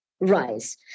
rise